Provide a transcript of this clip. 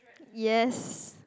yes